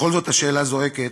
בכל זאת, השאלה זועקת: